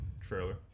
trailer